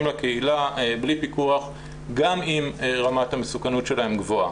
לקהילה בלי פיקוח גם אם רמת המסוכנות שלהם גבוהה,